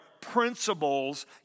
principles